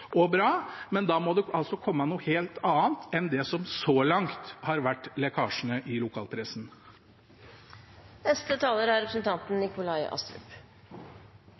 og bra, men da må det altså komme noe helt annet enn det som så langt har vært lekkasjene i lokalpressen. : Jeg skjønner at representanten